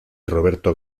roberto